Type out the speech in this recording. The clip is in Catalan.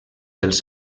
els